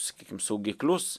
sakykim saugiklius